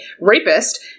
rapist